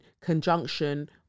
conjunction